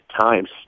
times